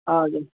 हजुर